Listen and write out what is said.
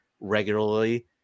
regularly